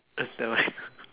uh never mind